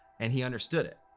and he understood it.